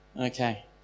Okay